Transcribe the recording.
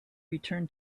return